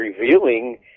revealing